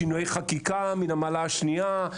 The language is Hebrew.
שינויי חקיקה מן המעלה השנייה,